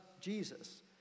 Jesus